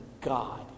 God